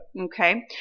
Okay